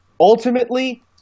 Ultimately